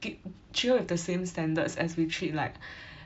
ke~ um treat her with the same standards as we treat like